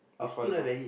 before I go